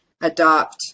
adopt